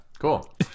cool